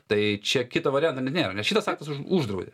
tai čia kito varianto net nėra nes šitas aktas uždraudė